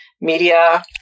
media